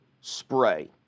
spray